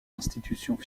institutions